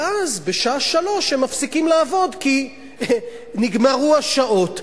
וב-15:00 הם מפסיקים לעבוד, כי נגמרו השעות.